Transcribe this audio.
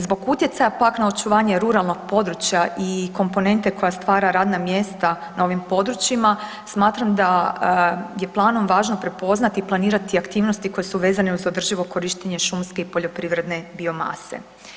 Zbog utjecaja pak na očuvanje ruralnog područja i komponente koja stvara radna mjesta na ovim područjima, smatram da je planom važno prepoznati i planirati aktivnosti koje su vezane uz održivo korištenje šumske i poljoprivredne biomase.